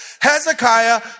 Hezekiah